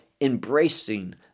embracing